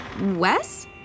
Wes